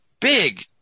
big